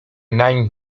nań